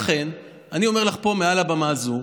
לכן אני אומר לך פה מעל הבמה הזו: